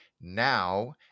Now